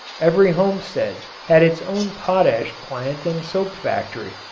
every homestead had its own potash plant and soap factory.